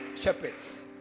shepherds